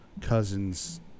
cousin's